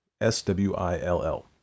S-W-I-L-L